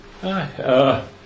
Hi